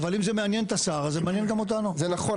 זה נכון,